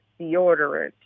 deodorant